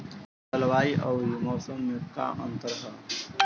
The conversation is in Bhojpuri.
जलवायु अउर मौसम में का अंतर ह?